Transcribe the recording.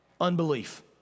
unbelief